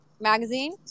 magazine